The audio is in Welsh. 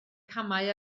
camau